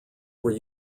were